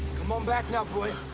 come on back now, boy.